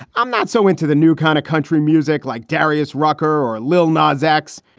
i'm not so into the new kind of country music like derrius rocker or lil nas ex